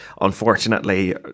unfortunately